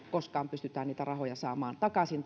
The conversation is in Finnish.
koskaan saamaan takaisin